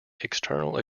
external